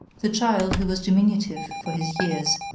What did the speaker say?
the child, who was diminutive for his years,